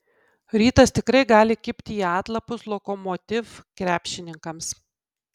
rytas tikrai gali kibti į atlapus lokomotiv krepšininkams